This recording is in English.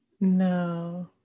no